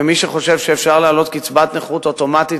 ומי שחושב שאפשר להעלות קצבת נכות אוטומטית,